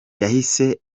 yahise